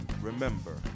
Remember